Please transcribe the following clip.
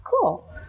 cool